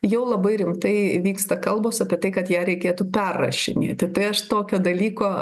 jau labai rimtai vyksta kalbos apie tai kad ją reikėtų perrašinėti tai aš tokio dalyko